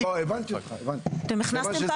--- הבנתי אותך ------ ההגדרה.